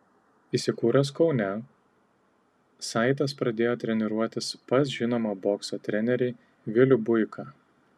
įsikūręs kaune saitas pradėjo treniruotis pas žinomą bokso trenerį vilių buiką